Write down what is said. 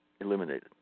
eliminated